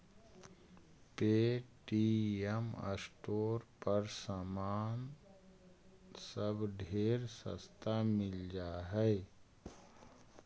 Paytm store पर समान सब ढेर सस्ता मिल जा हई